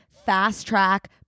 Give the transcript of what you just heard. Fast-track